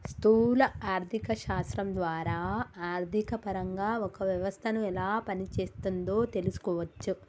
స్థూల ఆర్థిక శాస్త్రం ద్వారా ఆర్థికపరంగా ఒక వ్యవస్థను ఎలా పనిచేస్తోందో తెలుసుకోవచ్చు